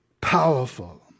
powerful